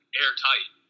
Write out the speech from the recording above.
airtight